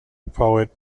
poet